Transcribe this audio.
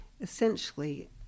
essentially